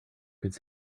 could